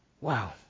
Wow